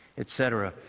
et cetera.